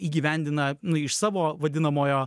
įgyvendina iš savo vadinamojo